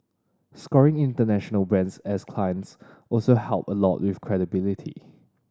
scoring international brands as clients also help a lot with credibility